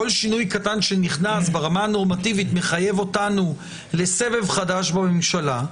כל שינוי קטן שנכנס ברמה הנורמטיבית מחייב אותנו לסבב חדש בממשלה,